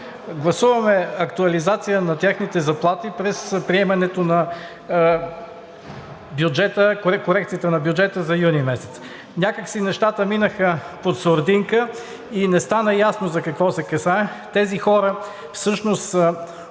гласуваме актуализация на техните заплати при приемането на корекцията на бюджета през месец юни. Някак си нещата минаха под сурдинка и не стана ясно за какво се касае. Тези хора всъщност